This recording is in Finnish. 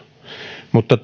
mutta